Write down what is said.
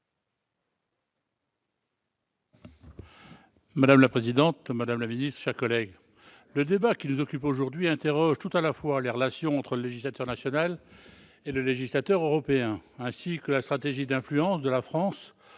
La parole est à M. Jean-Pierre Decool. Le débat qui nous occupe aujourd'hui interroge tout à la fois les relations entre le législateur national et le législateur européen, ainsi que la stratégie d'influence de la France